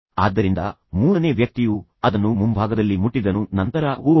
ಆದ್ದರಿಂದ ಮೂರನೇ ವ್ಯಕ್ತಿಯು ಅದನ್ನು ಮುಂಭಾಗದ ಭಾಗದಲ್ಲಿ ಮುಟ್ಟಿದನು ಮತ್ತು ನಂತರ ಅವನು ಓಹ್